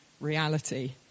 reality